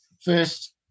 first